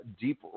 deep –